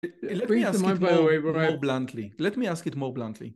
‏let me ask you more bluntly.